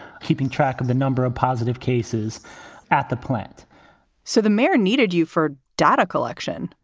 keeping track of the number of positive cases at the plant so the mayor needed you for data collection?